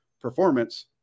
performance